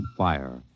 fire